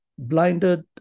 blinded